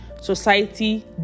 society